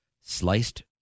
Sliced